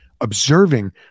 observing